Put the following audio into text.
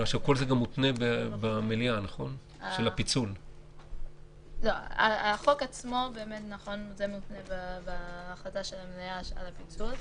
החוק עצמו מותנה בהחלטת המליאה על הפיצול.